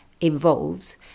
involves